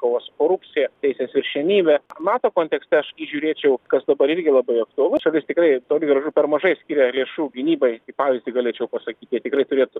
kova su korupcija teisės viršenybė nato kontekste aš įžiūrėčiau kas dabar irgi labai aktualu čia vis tikrai toli gražu per mažai skiria lėšų gynybai pavyzdį galėčiau pasakyt jie tikrai turėtų